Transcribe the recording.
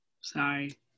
Sorry